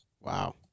Wow